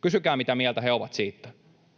kysykää, mitä mieltä he ovat niistä.